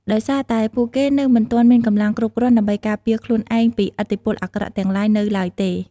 ដោយសារតែពួកគេនៅមិនទាន់មានកម្លាំងគ្រប់គ្រាន់ដើម្បីការពារខ្លួនឯងពីឥទ្ធិពលអាក្រក់ទាំងឡាយនៅឡើយទេ។